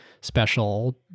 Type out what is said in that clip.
special